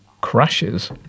Crashes